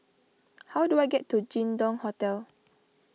how do I get to Jin Dong Hotel